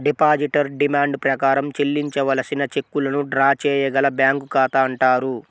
depositor demand ప్రకారం చెల్లించవలసిన చెక్కులను డ్రా చేయగల బ్యాంకు ఖాతా అంటారు